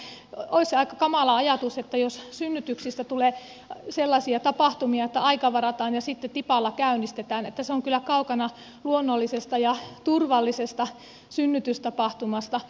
olisi aika kamala ajatus että synnytyksistä tulee sellaisia tapahtumia että aika varataan ja sitten tipalla käynnistetään ja se on kyllä kaukana luonnollisesta ja turvallisesta synnytystapahtumasta